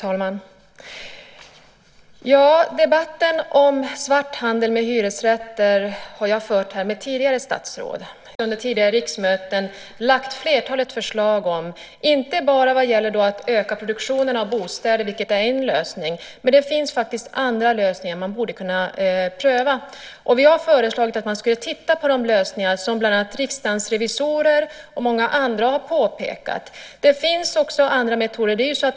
Fru talman! Debatten om svarthandel med hyresrätter har jag fört här med tidigare statsråd. Folkpartiet har också under tidigare riksmöten lagt fram flertalet förslag, inte bara vad gäller att öka produktionen av bostäder, vilket är en lösning, utan det finns faktiskt andra lösningar man borde kunna pröva. Vi har föreslagit att man skulle titta på de lösningar som Riksdagens revisorer och många andra har fört fram. Det finns också andra metoder.